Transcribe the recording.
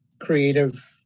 creative